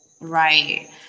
Right